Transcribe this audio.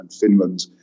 Finland